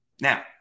Now